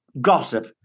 gossip